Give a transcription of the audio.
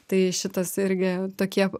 tai šitas irgi tokie